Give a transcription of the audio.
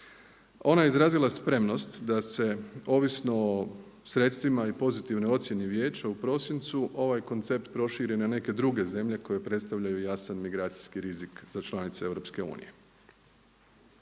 Ona je izrazila spremnost da se ovisno o sredstvima i pozitivnoj ocjeni Vijeća u prosincu ovaj koncept proširene neke druge zemlje koje predstavljaju jasan migracijski rizik za članice EU.